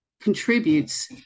contributes